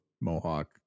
mohawk